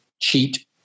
cheat